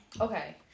okay